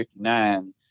1959